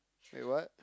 wait what